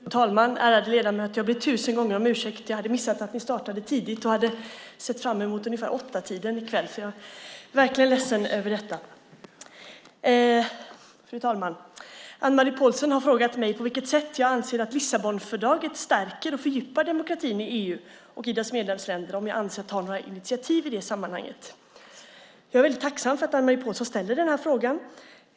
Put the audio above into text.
Fru talman! Ärade ledamöter! Jag ber tusen gånger om ursäkt. Jag hade missat att kammarens sammanträde startade tidigt i morse och hade ställt in mig på att komma hit vid åttatiden i kväll. Jag är verkligen ledsen över detta. Fru talman! Anne-Marie Pålsson har frågat mig på vilket sätt jag anser att Lissabonfördraget stärker och fördjupar demokratin i EU och i dess medlemsländer och om jag avser att ta något initiativ i sammanhanget. Jag är tacksam för att Anne-Marie Pålsson ställer denna fråga.